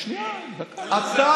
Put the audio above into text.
שנייה, דקה.